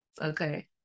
Okay